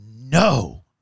No